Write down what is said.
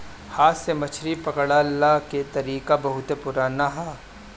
हाथ से मछरी पकड़ला के तरीका बहुते पुरान ह